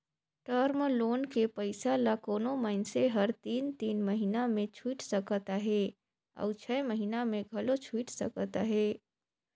term loan के पइसा ल कोनो मइनसे हर तीन तीन महिना में छुइट सकत अहे अउ छै महिना में घलो छुइट सकत अहे